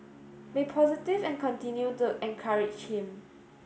be positive and continue to encourage him